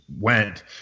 went